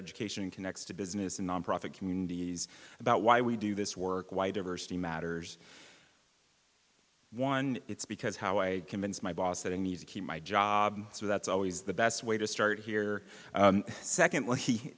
education connects to business and nonprofit communities about why we do this work why diversity matters one it's because how i convince my boss that i need to keep my job so that's always the best way to start here secondly